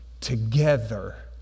together